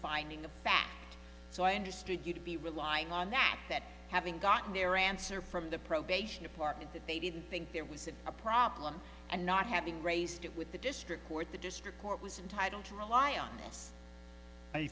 finding of fact so i understood you to be relying on that that having gotten their answer from the probation department that they didn't think there was a problem and not having raised it with the district court the district court was entitle to rely on